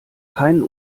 keinen